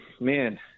man